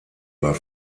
war